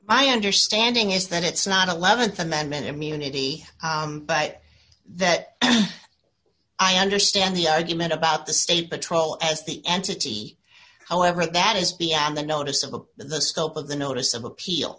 my understanding is that it's not a leventhal amendment immunity but that i understand the argument about the state patrol as the entity however that is beyond the notice of of the scope of the notice of appeal